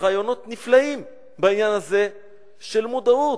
רעיונות נפלאים בעניין הזה של מודעות.